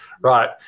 right